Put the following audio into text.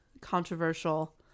controversial